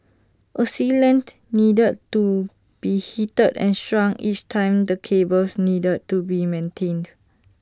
A sealant needed to be heated and shrunk each time the cables needed to be maintained